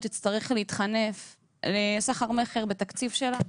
תצטרך להתחנף לסחר מכר בתקציב שלה,